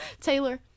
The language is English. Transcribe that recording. Taylor